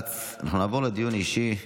נעבור לדיון אישי.